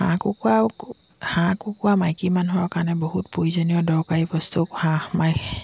হাঁহ কুকুৰা হাঁহ কুকুৰা মাইকী মানুহৰ কাৰণে বহুত প্ৰয়োজনীয় দৰকাৰী বস্তু হাঁহ মাই